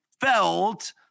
felt